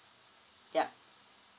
yup